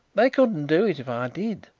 they couldn't do it if i did.